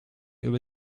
über